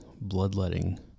Bloodletting